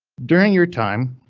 during your time,